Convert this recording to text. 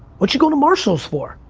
what you going to marshall's for?